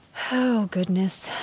oh, goodness.